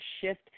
shift